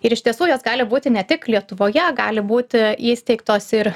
ir iš tiesų jos gali būti ne tik lietuvoje gali būti įsteigtos ir